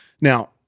now—